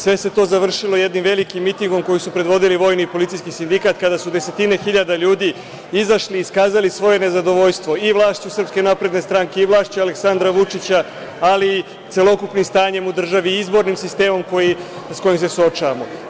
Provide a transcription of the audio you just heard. Sve se to završilo jednim velikim mitingom koji su predvodili vojno-policijski sindikat kada su desetine hiljada ljudi izašli, iskazali svoje nezadovoljstvo i vlašću SNS i vlašću Aleksandra Vučića, ali i celokupnim stanjem u državi, izbornim sistemom sa kojim se suočava.